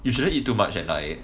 you shouldn't eat too much at night